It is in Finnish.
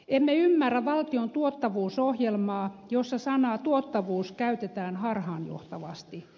emme ymmärrä valtion tuottavuusohjelmaa jossa sanaa tuottavuus käytetään harhaanjohtavasti